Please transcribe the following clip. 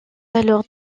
alors